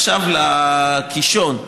עכשיו לקישון.